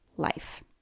life